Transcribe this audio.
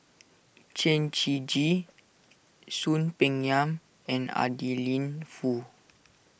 Chen Shiji Soon Peng Yam and Adeline Foo